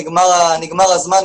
נגמר הזמן,